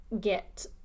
get